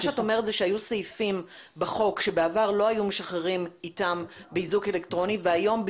את אומרת שהיו סעיפים בחוק שבעבר לא היו משחררים באיזוק אלקטרוני והיום,